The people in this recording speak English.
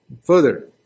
Further